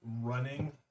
running